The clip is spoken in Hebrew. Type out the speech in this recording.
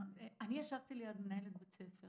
ישבתי ליד מנהלת בית ספר